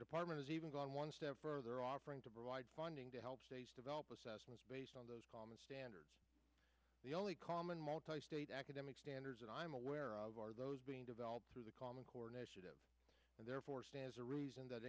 department is even going one step further offering to provide funding to help states develop assessments based on those common standards the only common multi state academic standards that i'm aware of are those being developed through the common core initiative and therefore stands to reason that